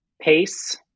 Pace